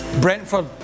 Brentford